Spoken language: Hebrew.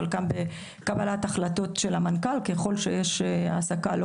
חלקם בקבלת ההחלטות של המנכ"ל ככל שיש העסקה לא